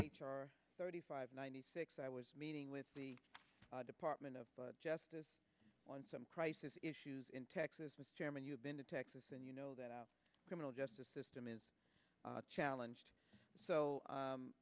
r thirty five ninety six i was meeting with the department of justice on some crisis issues in texas with chairman you've been to texas and you know that our criminal justice system is a challenge so